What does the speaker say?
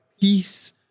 peace